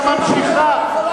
לא נכון.